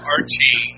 Archie